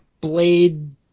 blade